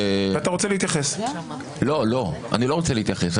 אני לא רוצה להתייחס.